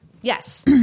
Yes